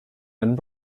than